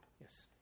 Yes